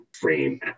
frame